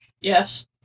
Yes